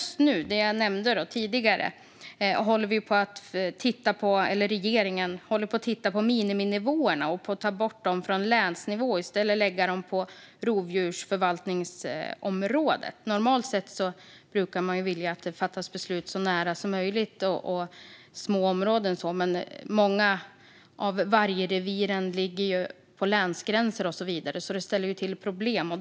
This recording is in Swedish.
Som jag nämnde tidigare håller regeringen just nu på att titta på miniminivåerna och att ta bort dem från länsnivå och i stället lägga dem på rovdjursförvaltningsområdet. Normalt sett brukar man vilja att beslut fattas så nära som möjligt inom små områden. Men många av vargreviren ligger på länsgränser och så vidare. Det ställer till problem.